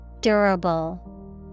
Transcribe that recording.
Durable